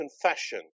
Confession